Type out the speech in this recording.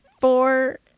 four